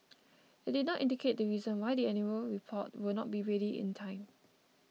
it did not indicate the reason why the annual report will not be ready in time